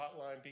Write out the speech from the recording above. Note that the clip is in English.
hotline